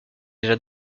déjà